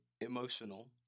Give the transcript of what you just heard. emotional